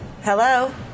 Hello